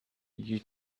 you